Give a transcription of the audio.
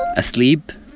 asleep?